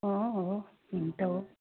अँ हो हुन्छ हो